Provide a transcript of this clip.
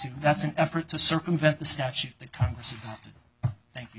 that's an effort to circumvent the statute that congress thank you